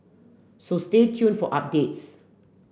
so stay tuned for updates